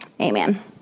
Amen